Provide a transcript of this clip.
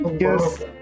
Yes